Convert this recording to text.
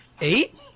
Eight